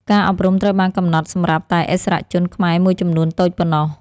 ការអប់រំត្រូវបានកំណត់សម្រាប់តែឥស្សរជនខ្មែរមួយចំនួនតូចប៉ុណ្ណោះ។